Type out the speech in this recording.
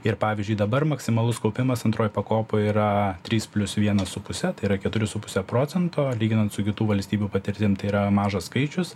ir pavyzdžiui dabar maksimalus kaupimas antroj pakopoj yra trys plius vienas su puse tai yra keturis su puse procento lyginant su kitų valstybių patirtim tai yra mažas skaičius